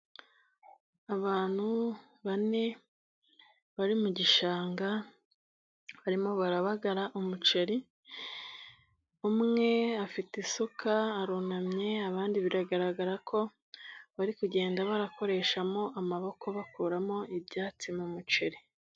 Abantu bane bari mu gishanga barimo barabagara umuceri, umwe afite isuka arunamye abandi biragaragara ko bari kugenda barakoreshamo amaboko bakuramo ibyatsi mu muceri.